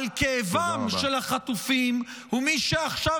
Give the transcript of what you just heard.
-- על כאבם של החטופים הוא מי שעכשיו